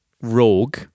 rogue